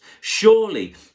Surely